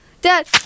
Dad